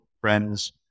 friends